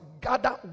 gather